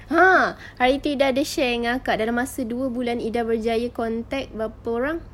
!huh! hari itu ida ada share dengan akak dalam masa dua bulan ida berjaya contact berapa orang